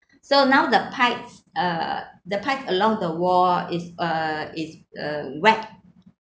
so now the pipes uh the pipes along the wall is uh is uh wet